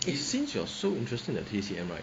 it since you're so interesting that T_C_M right